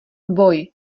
boj